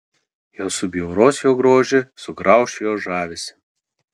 jos subjauros jo grožį sugrauš jo žavesį